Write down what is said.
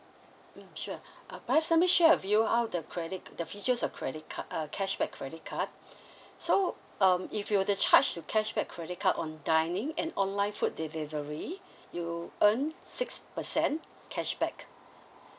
mm sure uh perhaps let me share with you how are the credit card the features of credit card uh cashback credit card so um if you were the charge to cashback credit card on dining and online food delivery you earn six percent cashback